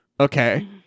Okay